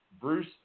Bruce